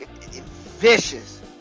vicious